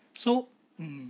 so um